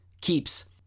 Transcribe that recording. keeps